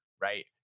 right